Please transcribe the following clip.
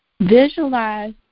Visualize